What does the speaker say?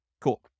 Cool